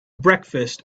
breakfast